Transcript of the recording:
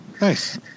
Nice